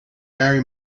mary